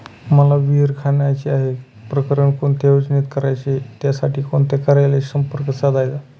मला विहिर खणायची आहे, प्रकरण कोणत्या योजनेत करायचे त्यासाठी कोणत्या कार्यालयाशी संपर्क साधायचा?